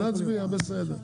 להצביע, בסדר.